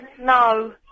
No